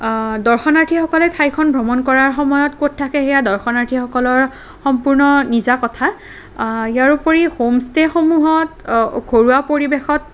দৰ্শনাৰ্থীসকলে ঠাইখন ভ্ৰমণ কৰাৰ সময়ত ক'ত থাকে সেয়া দৰ্শনাৰ্থীসকলৰ সম্পূৰ্ণ নিজা কথা ইয়াৰোপৰি হোমষ্টেসমূহত ঘৰুৱা পৰিৱেশত